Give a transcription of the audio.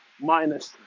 minus